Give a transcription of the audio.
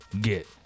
get